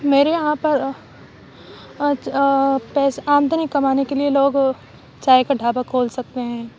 میرے یہاں پر پیسہ آمدنی کمانے کے لیے لوگ چائے کا ڈھابہ کھول سکتے ہیں